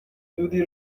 دودی